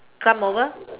come over